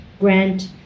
Grant